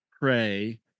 pray